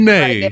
Nay